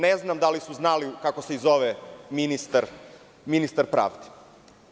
Ne znam da li su i znali kako se zove ministar pravde?